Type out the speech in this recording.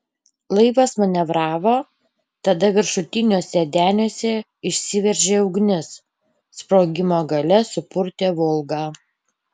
laivas manevravo tada viršutiniuose deniuose išsiveržė ugnis sprogimo galia supurtė volgą